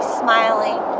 smiling